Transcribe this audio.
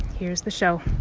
here's the show